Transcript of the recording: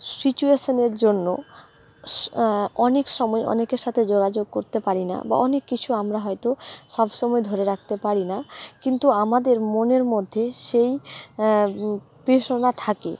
situation এর জন্য অনেক সময় অনেকের সাথে যোগাযোগ করতে পারি না বা অনেক কিছু আমরা হয়তো সব সময় ধরে রাখতে পারি না কিন্তু আমাদের মনের মধ্যে সেই এষণা থাকে